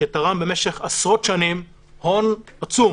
שתרם במשך עשרות שנים הון עצום